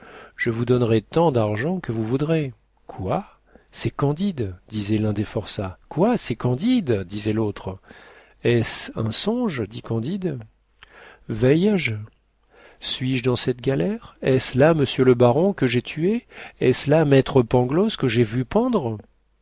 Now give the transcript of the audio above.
je vous donnerai tant d'argent que vous voudrez quoi c'est candide disait l'un des forçats quoi c'est candide disait l'autre est-ce un songe dit candide veille je suis-je dans cette galère est-ce là monsieur le baron que j'ai tué est-ce là maître pangloss que j'ai vu pendre